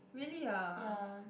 really ah